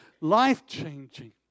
life-changing